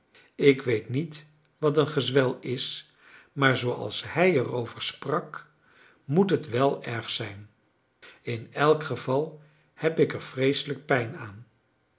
ik weet niet wat een gezwel is maar zooals hij erover sprak moet het wel erg zijn in elk geval heb ik er vreeselijk pijn aan